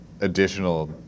additional